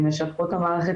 הן משתקות את המערכת,